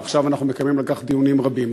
ועכשיו אנחנו מקיימים על כך דיונים רבים.